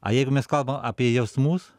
a jeigu mes kalbam apie jausmus